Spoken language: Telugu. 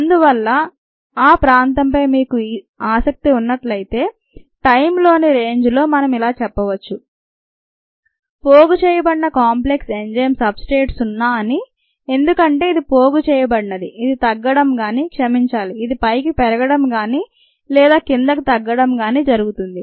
అందువల్ల ఈ ప్రాంతం పై మీకు ఆసక్తి ఉన్నట్లయితే టైంలోని రేంజ్లో మనం ఇలా చెప్పవచ్చు పోగుచేయబడిన కాంప్లెక్స్ ఎంజైమ్ సబ్స్ట్రేట్ సున్నా అని ఎందుకంటే ఇది పోగుచేయబడినది ఇది తగ్గడం గానీ క్షమించాలి ఇది పైకి పెరగడం కానీ లేదా కిందకి తగ్గడం గానీ జరుగుతుంది